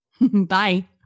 Bye